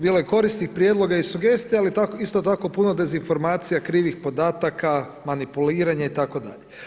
Bilo je korisnih prijedloga i sugestija, ali isto tako puno dezinformacija, krivih podataka, manipuliranje itd.